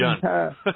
done